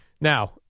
Now